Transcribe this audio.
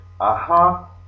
aha